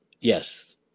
yes